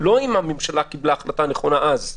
ולא האם הממשלה קיבלה החלטה נכונה אז.